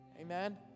Amen